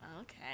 Okay